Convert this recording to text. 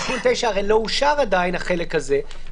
בתיקון 9 הרי לא אושר עדיין החלק הזה,